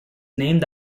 named